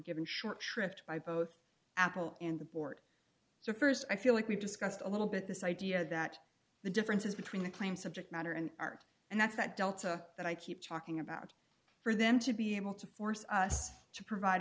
given short shrift by both apple and the board so st i feel like we discussed a little bit this idea that the differences between the claim subject matter and art and that's that delta that i keep talking about for them to be able to force us to provide